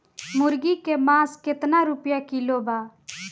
मुर्गी के मांस केतना रुपया किलो बा?